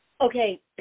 Okay